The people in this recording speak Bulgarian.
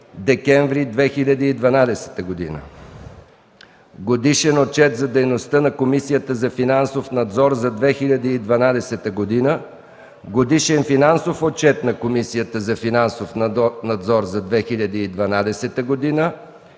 декември 2012 г. - Годишен отчет за дейността на Комисията за финансов надзор за 2012 г., Годишен финансов отчет на Комисията за финансов надзор за 2012 г.,